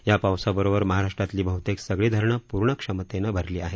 या पावसाबरोबर महाराष्ट्रातील बह्तेक सगळी धरण पूर्ण क्षमतेने भरली आहेत